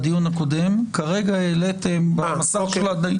זה הנחיית היועץ.